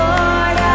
Lord